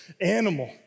animal